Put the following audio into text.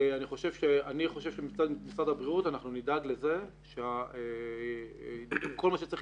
אני חושב שמשרד הבריאות, נדאג לזה שכל מה שצריך